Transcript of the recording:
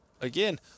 again